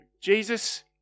Jesus